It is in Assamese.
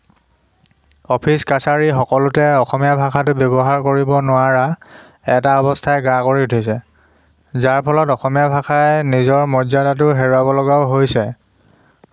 অফিচ কাছাৰী সকলোতে অসমীয়া ভাষাটো ব্যৱহাৰ কৰিব নোৱাৰা এটা অৱস্থাই গা কৰি উঠিছে যাৰ ফলত অসমীয়া ভাষাই নিজৰ মৰ্য্য়দাটো হেৰুৱাব লগাও হৈছে